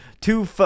two